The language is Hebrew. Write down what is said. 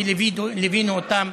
כי ליווינו אותם.